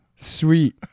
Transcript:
Sweet